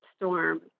storm